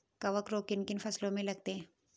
कवक रोग किन किन फसलों में लगते हैं?